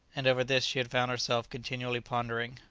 and over this she had found herself continually pondering.